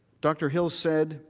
dr. hill said,